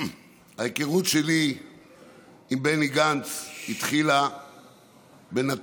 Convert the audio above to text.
ההיכרות שלי עם בני גנץ התחילה בנט"ל.